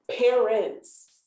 Parents